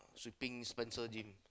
sweeping Spencer gym